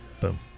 Boom